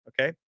Okay